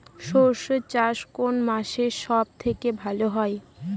সর্ষে চাষ কোন মাসে সব থেকে ভালো হয়?